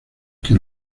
que